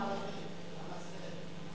מה נעשה עם הערבים?